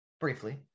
briefly